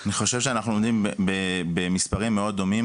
אני חושב שאנחנו עומדים במספרים מאוד דומים,